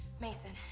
Mason